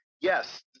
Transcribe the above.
yes